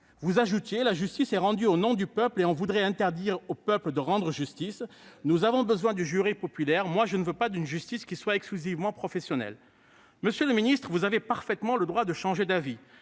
Et d'ajouter :« La justice est rendue au nom du peuple et on voudrait interdire au peuple de rendre justice ? Nous avons besoin du jury populaire ; moi, je ne veux pas d'une justice qui soit exclusivement professionnelle. » Monsieur le garde des sceaux, vous avez parfaitement le droit de changer d'avis,